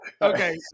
Okay